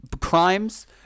crimes